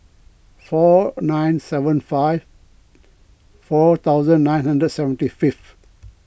four nine seven five four thousand nine hundred seventy fifth